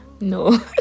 no